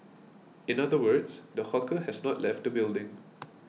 in other words the hawker has not left the building